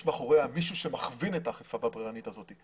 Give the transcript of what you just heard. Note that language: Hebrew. יש מאחוריה מישהו שמכווין את האכיפה הבררנית הזאת.